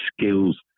skills